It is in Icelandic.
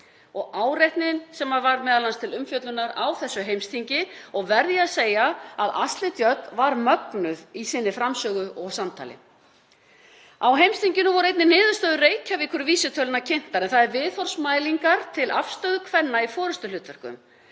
og áreitni, sem var m.a. til umfjöllunar á þessu heimsþingi og verð ég að segja að Ashley Judd var mögnuð í sinni framsögu og samtali. Á heimsþinginu voru einnig niðurstöður Reykjavíkurvísitölunnar kynntar en það eru viðhorfsmælingar til afstöðu kvenna í forystuhlutverkum.